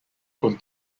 con